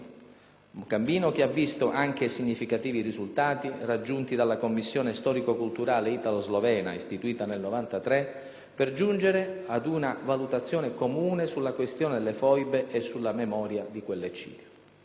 cammino, che ha visto anche i significativi risultati raggiunti dalla commissione storico-culturale italo-slovena, istituita nel 1993 per giungere ad una valutazione comune sulla questione delle foibe e sulla memoria di quell'eccidio.